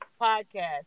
podcast